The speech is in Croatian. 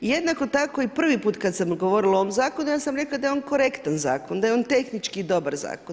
I jednako tako i prvi put kad sam govorila o ovom zakonu ja sam rekla da je on korektan zakon, da je on tehnički dobar zakon.